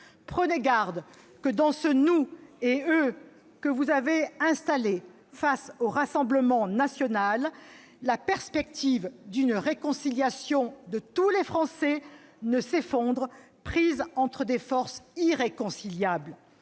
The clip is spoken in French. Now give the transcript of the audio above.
Prenez garde que, dans ce « nous » et « eux » que vous avez installé face au Rassemblement national, la perspective d'une réconciliation de tous les Français ne s'effondre, prise entre des forces irréconciliables.